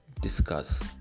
discuss